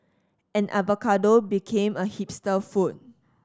and avocado became a hipster food